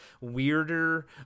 weirder